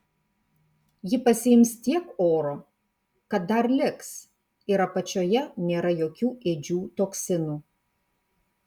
ji pasiims tiek oro kad dar liks ir apačioje nėra jokių ėdžių toksinų